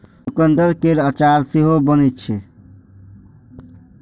चुकंदर केर अचार सेहो बनै छै